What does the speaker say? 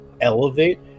elevate